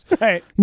right